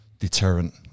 Deterrent